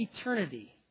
eternity